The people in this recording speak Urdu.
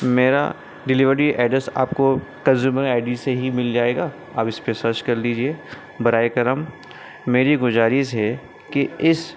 میرا ڈلیوری ایڈریس آپ کو کنزیومر آئی ڈی سے ہی مل جائے گا آپ اس پہ سرچ کر لیجیے برائے کرم میری گزارش ہے کہ اس